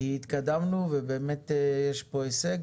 כי התקדמנו ובאמת יש פה הישג,